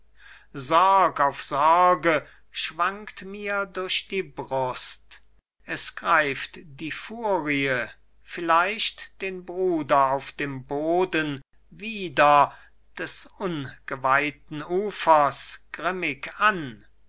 sorg auf sorge schwankt mir durch die brust es greift die furie vielleicht den bruder auf dem boden wieder des ungeweihten ufers grimmig an